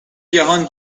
جهان